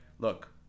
Look